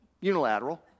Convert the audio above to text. Unilateral